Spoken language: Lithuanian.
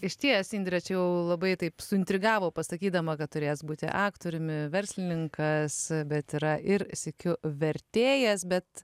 išties indrė čia jau labai taip suintrigavo pasakydama kad turės būti aktoriumi verslininkas bet yra ir sykiu vertėjas bet